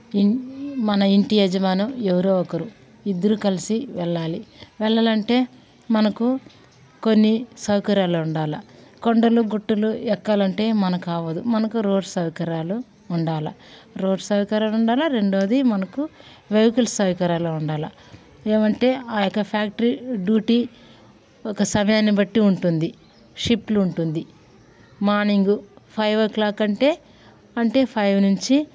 ఇం మన ఇంటి యజమాని ఎవరో ఒకరు ఇద్దరు కలిసి వెళ్ళాలి వెళ్ళాలంటే మనకు కొన్ని సౌకర్యాలు ఉండాలి కొండలు గుట్టలు ఎక్కాలంటే మనకు అవ్వదు మనకు రోడ్స్ సౌకర్యాలు ఉండాలి రోడ్ సౌకర్యాలు ఉండాలి రెండోది మనకు వెహికల్స్ సౌకర్యాలు ఉండాలి ఏమంటే ఆ యొక్క ఫ్యాక్టరీ డ్యూటీ ఒక సమయాన్ని బట్టి ఉంటుంది షిఫ్ట్లు ఉంటుంది మార్నింగ్ ఫైవ్ ఓ క్లాక్ అంటే అంటే ఫైవ్ నుంచి